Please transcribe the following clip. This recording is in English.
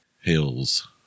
Hills